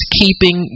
keeping